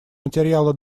материала